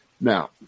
Now